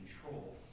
control